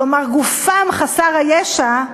כלומר גופם חסר הישע,